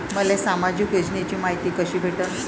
मले सामाजिक योजनेची मायती कशी भेटन?